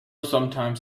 sometimes